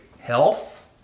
health